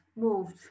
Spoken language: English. moved